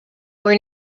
were